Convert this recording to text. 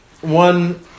One